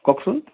কওকচোন